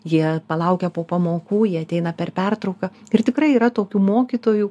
jie palaukia po pamokų jie ateina per pertrauką ir tikrai yra tokių mokytojų